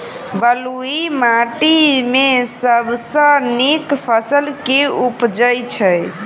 बलुई माटि मे सबसँ नीक फसल केँ उबजई छै?